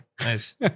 Nice